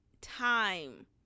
time